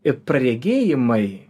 ir praregėjimai